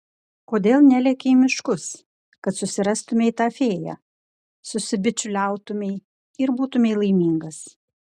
kodėl neleki į miškus kad susirastumei tą fėją susibičiuliautumei ir būtumei laimingas